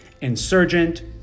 Insurgent